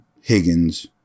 Higgins